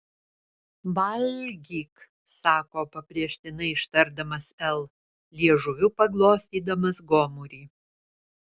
valgyk sako pabrėžtinai ištardamas l liežuviu paglostydamas gomurį